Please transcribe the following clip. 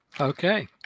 Okay